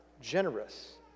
generous